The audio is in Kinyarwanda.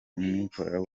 umwirondoro